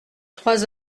trois